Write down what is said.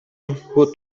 who